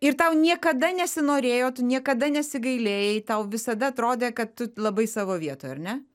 ir tau niekada nesinorėjo tu niekada nesigailėjai tau visada atrodė kad tu labai savo vietoj ar ne